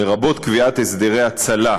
לרבות קביעת הסדרי הצלה,